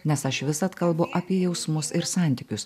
nes aš visad kalbu apie jausmus ir santykius